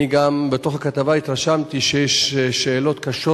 אני גם מתוך הכתבה התרשמתי שיש שאלות קשות